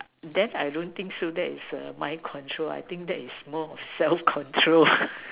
then I don't think so that is err my control I think that is more self control